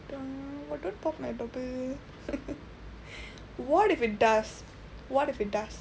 don't uh don't pop my bubble what if it does what if it does